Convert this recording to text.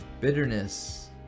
bitterness